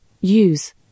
Use